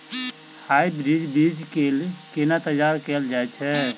Hybrid बीज केँ केना तैयार कैल जाय छै?